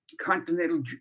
continental